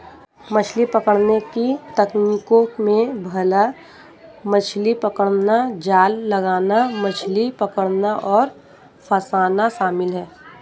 मछली पकड़ने की तकनीकों में भाला मछली पकड़ना, जाल लगाना, मछली पकड़ना और फँसाना शामिल है